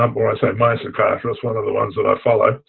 um or i say my psychiatrists one of the ones that i follow